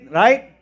right